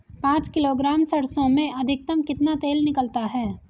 पाँच किलोग्राम सरसों में अधिकतम कितना तेल निकलता है?